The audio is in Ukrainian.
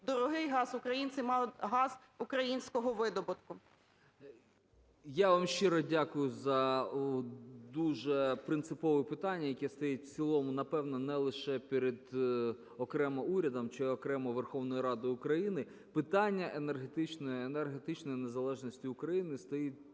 дорогий газ, українці мали б газ українського видобутку. 10:35:56 РОЗЕНКО П.В. Я вам щиро дякую за дуже принципове питання, яке стоїть в цілому, напевно, не лише перед окремо урядом чи окремо Верховною Радою України, питання енергетичної незалежності України стоїть